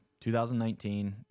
2019